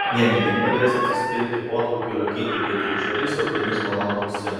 jie ne tik padės atsispirti potraukiui rūkyti bet ir išvalys organizmą nuo toksinų